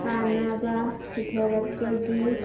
ꯊꯥꯅꯕ ꯁꯤꯊꯔꯛꯄꯒꯤ